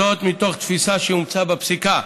מתוך תפיסה שאומצה בפסיקה,